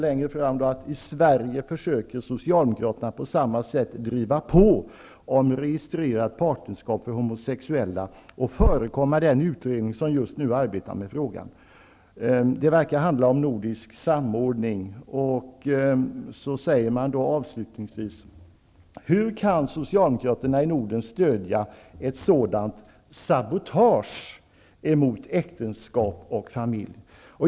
Längre fram står det att i Sverige försöker socialdemokraterna att på samma sätt driva på om registrerat partnerskap för homosexuella och förekomma den utredning som just nu arbetar med frågan. Det verkar handla om nordisk samordning. Avslutningsvis säger man: Hur kan socialdemokraterna i Norden stödja ett sådant sabotage emot äktenskap och familj?